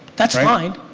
that's fine.